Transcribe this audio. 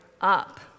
up